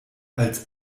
als